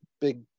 big